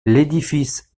l’édifice